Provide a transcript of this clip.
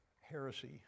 heresy